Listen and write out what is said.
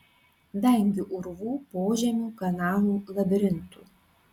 vengiu urvų požemių kanalų labirintų